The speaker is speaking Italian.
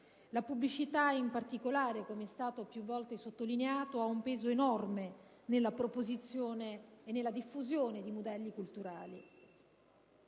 La pubblicità, in particolare, com'è stato più volte sottolineato, ha un peso enorme nella proposizione e nella diffusione di modelli culturali.